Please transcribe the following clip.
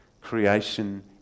creation